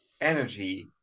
energy